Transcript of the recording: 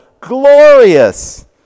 glorious